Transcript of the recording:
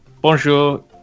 bonjour